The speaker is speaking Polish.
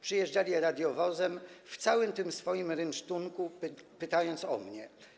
Przyjeżdżali radiowozem w całym tym swoim rynsztunku, pytając o mnie.